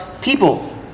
people